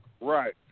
Right